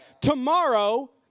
Tomorrow